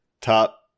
top